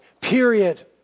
period